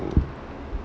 to